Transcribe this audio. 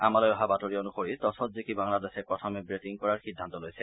আমালৈ অহা বাতৰি অন্সৰি টছত জিকি বাংলাদেশে প্ৰথমে বেটিং কৰাৰ সিদ্ধান্ত লৈছে